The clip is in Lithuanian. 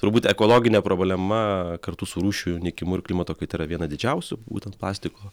turbūt ekologinė problema kartu su rūšių nykimu ir klimato kaita yra viena didžiausių būtent plastiko